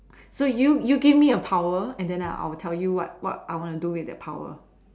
so you you give me a power and then I'll tell you what what I wanna do with that power